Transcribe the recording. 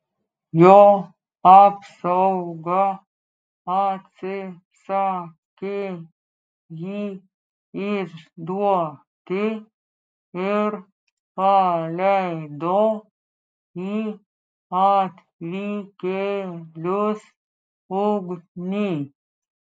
jo apsauga atsisakė jį išduoti ir paleido į atvykėlius ugnį